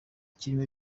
ikirimo